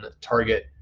target